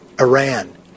Iran